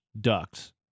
Ducks